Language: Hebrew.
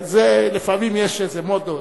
זה, לפעמים יש מודות.